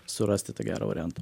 surasti tą gerą variantą